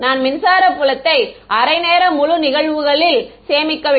நான் மின்சார புலத்தை அரை நேர முழு நிகழ்வுகளில் சேமிக்கவில்லை